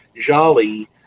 Jolly